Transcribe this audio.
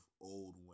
old